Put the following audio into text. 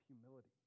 humility